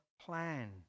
plan